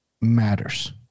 matters